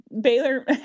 Baylor